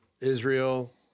Israel